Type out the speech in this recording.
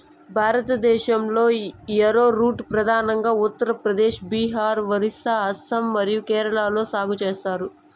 భారతదేశంలో, యారోరూట్ ప్రధానంగా ఉత్తర ప్రదేశ్, బీహార్, ఒరిస్సా, అస్సాం మరియు కేరళలో సాగు చేస్తారు